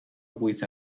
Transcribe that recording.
with